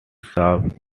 served